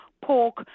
pork